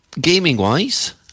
Gaming-wise